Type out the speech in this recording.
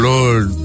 Lord